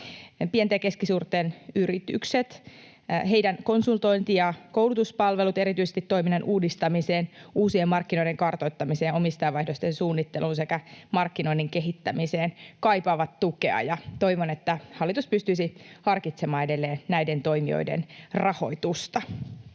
Pienten ja keskisuurten yritysten konsultointi- ja koulutuspalvelut, erityisesti toiminnan uudistamiseen, uusien markkinoiden kartoittamiseen ja omistajanvaihdosten suunnitteluun sekä markkinoinnin kehittämiseen, kaipaavat tukea. Toivon, että hallitus pystyisi harkitsemaan edelleen näiden toimijoiden rahoitusta.